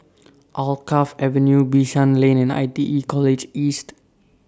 Alkaff Avenue Bishan Lane and I T E College East